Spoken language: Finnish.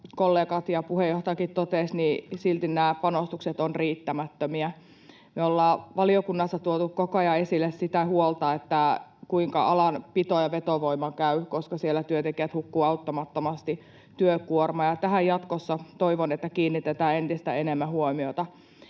ja puheenjohtajakin totesivat, silti nämä panostukset ovat riittämättömiä. Me ollaan valiokunnassa tuotu koko ajan esille sitä huolta, kuinka alan pito‑ ja vetovoiman käy, koska siellä työntekijät hukkuvat auttamattomasti työkuormaan, ja toivon, että tähän jatkossa kiinnitetään entistä enemmän huomiota.